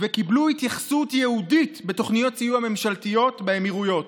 וקיבלו התייחסות ייעודית בתוכניות סיוע ממשלתיות באמירויות.